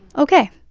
ok,